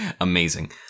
Amazing